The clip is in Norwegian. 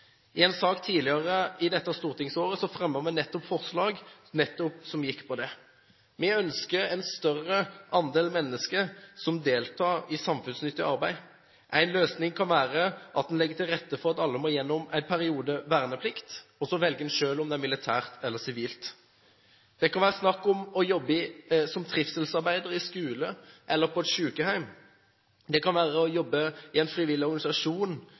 I en sak tidligere i dette stortingsåret fremmet vi et forslag som nettopp gikk på det. Vi ønsker en større andel mennesker som deltar i samfunnsnyttig arbeid. En løsning kan være at en legger til rette for at alle må gjennom en periode med verneplikt, og så velger en selv om det er militært eller sivilt. Det kan være snakk om å jobbe som trivselsarbeider i skolen eller på et sykehjem. Det kan være å jobbe i en frivillig organisasjon,